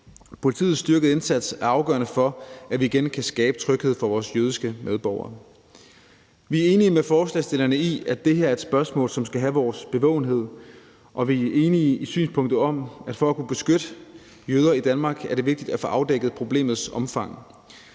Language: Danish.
Politiets styrkede indsats er afgørende for, at vi igen kan skabe tryghed for vores jødiske medborgere. Vi er enige med forslagsstillerne i, at det her er et spørgsmål, som skal have vores bevågenhed, og vi er enige i synspunktet om, at for at kunne beskytte jøder i Danmark er det vigtigt at få afdækket problemets omfang.